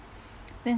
then